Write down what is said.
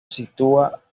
sitúa